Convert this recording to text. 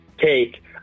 Take